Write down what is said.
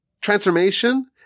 transformation